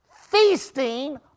feasting